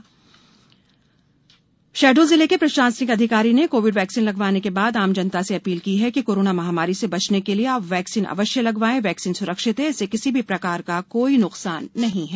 जन आंदोलन शहडोल जिले के प्रशासनिक अधिकारी ने कोविड वैक्सीन लगवाने के बाद आम जनता से अपील की है कि कोरोना महामारी से बचने के लिये आप वैक्सीन अवश्य लगवाएं वैक्सीन सुरक्षित है इससे किसी भी प्रकार का कोई नुकसान नहीं है